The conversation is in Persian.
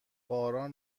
باران